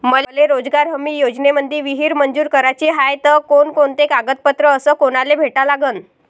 मले रोजगार हमी योजनेमंदी विहीर मंजूर कराची हाये त कोनकोनते कागदपत्र अस कोनाले भेटा लागन?